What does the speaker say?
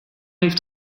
heeft